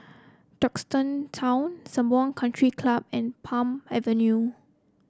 Duxton Town Sembawang Country Club and Palm Avenue